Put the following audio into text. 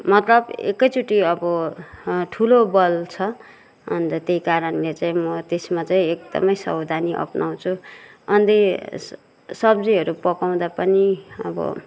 मतलब एकैचोटी अब ठुलो बल्छ अन्त त्यही कारणले चाहिँ म त्यसमा चाहिँ एकदमै सवधानी अपनाउँछु अनि सब्जीहरू पकाउँदा पनि अब